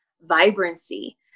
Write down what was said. vibrancy